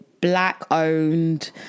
black-owned